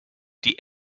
die